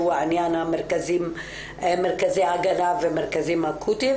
שהוא בעניין מרכזי ההגנה והמרכזים האקוטיים,